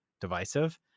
divisive